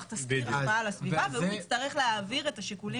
תסקיר השפעה על הסביבה והוא יצטרך להעביר את השיקולים.